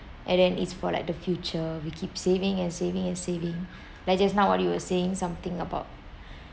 and then it's for like the future we keep saving and saving and saving like just now what you were saying something about